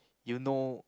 you know